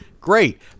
Great